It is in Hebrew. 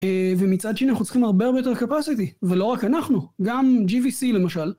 ומצד שני אנחנו צריכים הרבה יותר capacity, ולא רק אנחנו, גם GVC למשל.